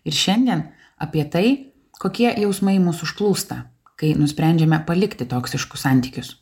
ir šiandien apie tai kokie jausmai mus užplūsta kai nusprendžiame palikti toksiškus santykius